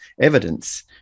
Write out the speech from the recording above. evidence